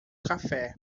café